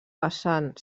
vessant